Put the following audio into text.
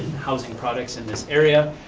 housing products in this area.